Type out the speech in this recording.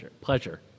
pleasure